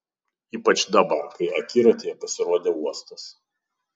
ypač dabar kai akiratyje pasirodė uostas